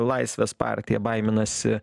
laisvės partija baiminasi